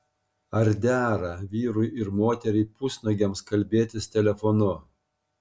ar dera vyrui ir moteriai pusnuogiams kalbėtis telefonu